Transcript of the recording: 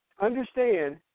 understand